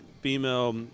female